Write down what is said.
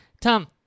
Tom